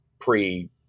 pre